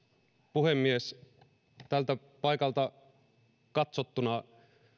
puhemies tältä paikalta katsottuna